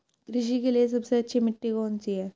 कृषि के लिए सबसे अच्छी मिट्टी कौन सी है?